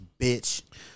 bitch